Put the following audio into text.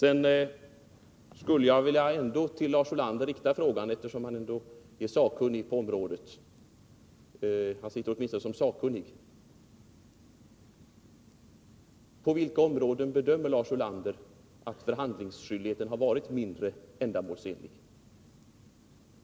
Eftersom Lars Ulander sitter som sakkunnig på det här området, vill jag till honom rikta frågan: På vilka områden bedömer Lars Ulander att förhandlingsskyldigheten har varit mindre ändamålsenlig?